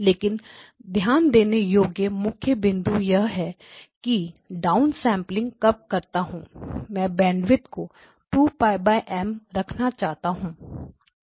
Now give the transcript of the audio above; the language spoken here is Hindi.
लेकिन ध्यान देने योग्य मुख्य बिंदु यह है कि मैं डाउनसेंपलिंग कब करता हूं मैं बैंडविथ को 2 π M रखना चाहता हूं